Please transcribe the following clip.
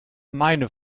meine